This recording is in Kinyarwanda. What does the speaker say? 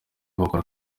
bakora